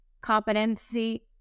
competency